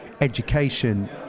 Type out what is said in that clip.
education